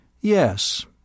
Yes